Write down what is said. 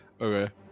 Okay